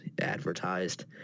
advertised